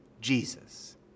Jesus